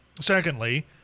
Secondly